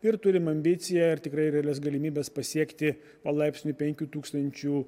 ir turim ambiciją ir tikrai realias galimybes pasiekti palaipsniui penkių tūkstančių